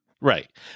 Right